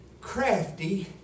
crafty